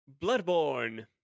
Bloodborne